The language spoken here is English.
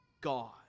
God